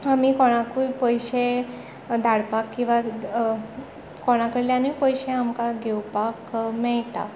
आमी कोणाकूय पयशे धाडपाक किंवा कोणा कडल्यानूय पयशे आमकां घेवपाक मेळटा